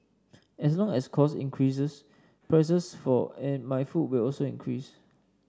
as long as costs increases prices for my food will also increase